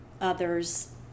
others